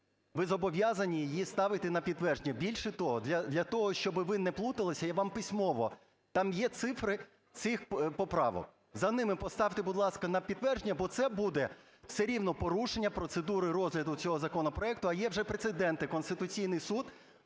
ви зобов'язані її ставити на підтвердження. Більше того, для того, щоб ви не плуталися, я вам письмово, там є цифри цих поправок, за ними поставте, будь ласка, на підтвердження, бо це буде все рівно порушення процедури розгляду цього законопроекту, а є вже прецеденти: Конституційний Суд